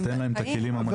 תן להן את הכלים המתאימים